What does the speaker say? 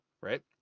right